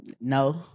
No